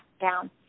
down